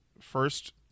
First